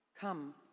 Come